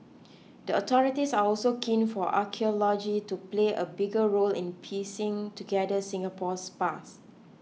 the authorities are also keen for archaeology to play a bigger role in piecing together Singapore's past